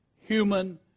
human